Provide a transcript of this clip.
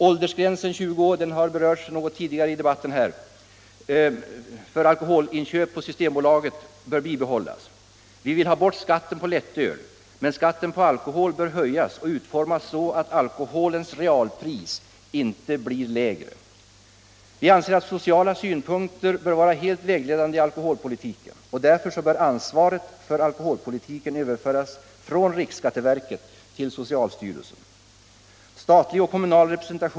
Åldersgränsen 20 år för alkoholinköp på systembolaget, som har berörts något tidigare i debatten, bör bibehållas. Vi vill ha bort skatten på lättöl. Men skatten på alkohol bör höjas och utformas så att alkoholens realpris inte blir lägre. Vi anser att sociala synpunkter bör vara helt vägledande i alkoholpolitiken och att ansvaret för denna därför bör överföras från riksskatteverket till socialstyrelsen.